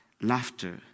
Laughter